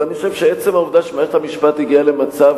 ואני חושב שעצם העובדה שמערכת המשפט הגיעה למצב